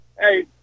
hey